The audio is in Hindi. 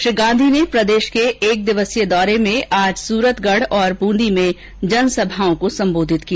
श्री गांधी ने प्रदेष के एक दिवसीय दौरे में आज सुरतगढ और ब्रंदी तथा जयपुर में जनसभओं को संबोधित किया